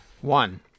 one